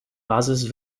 basis